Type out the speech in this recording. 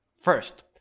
First